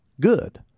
good